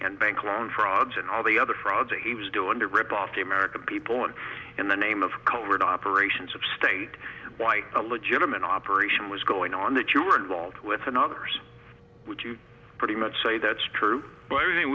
and bank loan frauds and all the other fraud that he was doing to rip off the american people and in the name of covered operations of state by a legitimate operation was going on that you were involved with and others which you pretty much say that's true but everything